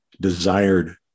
desired